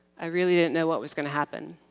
i really didn't know what was going to happen.